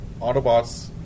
Autobots